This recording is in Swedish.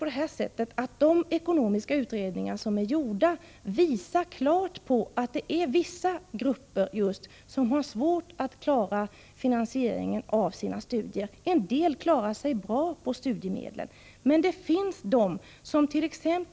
De ekonomiska utredningar som har gjorts visar dock klart att det är vissa grupper som har svårt att klara finansieringen av sina studier. En del klarar sig bra på studiemedlen. Vissa personer däremot —t.ex.